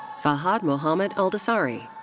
fahad mohammed aldossary.